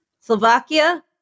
Slovakia